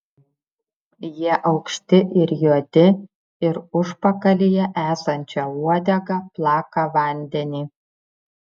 jie aukšti ir juodi ir užpakalyje esančia uodega plaka vandenį